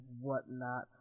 whatnot